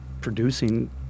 producing